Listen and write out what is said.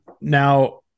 now